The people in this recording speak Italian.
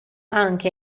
anche